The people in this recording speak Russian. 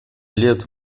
лет